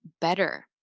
better